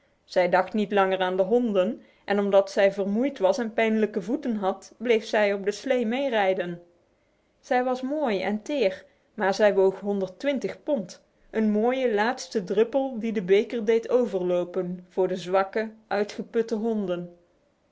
zij dacht niet langer aan de honden en omdat zij vermoeid was en pijnlijke voeten had bleef zij op de slee meerijden zij was mooi en teer maar zij woog pond een mooie laatste droppel die de beker deed overlopen voor de zwakke uitgeputte honden